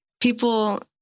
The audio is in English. people